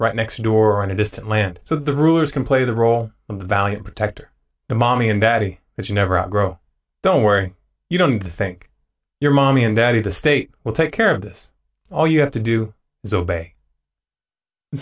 right next door in a distant land so the rulers can play the role of the valiant protector the mommy and daddy as you never outgrow don't worry you don't think your mommy and daddy the state will take care of this all you have to do is obey and